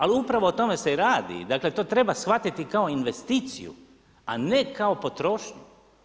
Ali upravo o tome se i radi, dakle to treba shvatiti kao investiciju a ne kao potrošnju.